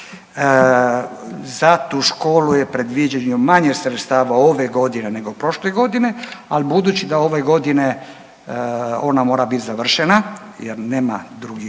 Za tu školu je predviđeno manje sredstava ove godine nego prošle godine, ali budući da ove godine ona mora biti završena jer nema drugih,